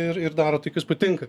ir ir daro tai kas patinka